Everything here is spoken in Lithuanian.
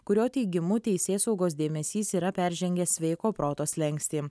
kurio teigimu teisėsaugos dėmesys yra peržengęs sveiko proto slenkstį